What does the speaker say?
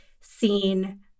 seen